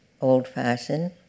old-fashioned